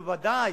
נו, ודאי.